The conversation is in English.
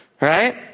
right